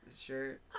shirt